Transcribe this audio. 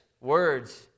words